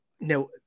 now